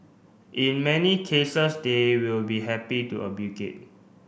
in many cases they will be happy to obligate